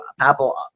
Apple